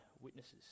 witnesses